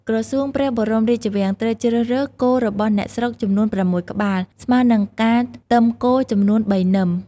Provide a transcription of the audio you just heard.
ក្រសួងព្រះបរមរាជវាំង ត្រូវជ្រើសរើស គោរបស់អ្នកស្រុកចំនួន ៦ក្បាល ស្មើនឹងការទឹមគោចំនួន ៣ នឹម។